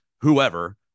whoever